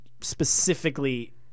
specifically